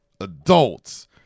adults